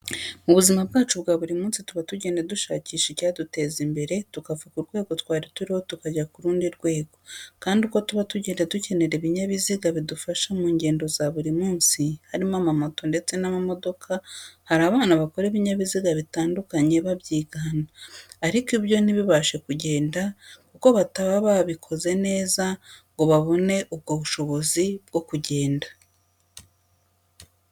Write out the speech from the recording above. Mu buzima bwacu bwa buri munsi tuba tugenda dushakisha icyaduteza imbere tukava ku rwego twari turiho tukajya kurundi rwego, kandi uko tuba tugenda dukenera ibinyabuziga bidufasha mu ngendo za buri munsi, harimo amamoto ndetse n'amamodoka. Hari abana bakora ibinyabiziga bitandukanye babyigana ariko byo ntibibashe kugenda kuko bataba babikoze neza ngo babone ubwo bushobozi bwo kugenda.